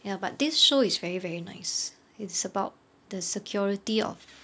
ya but this show is very very nice it's about the security of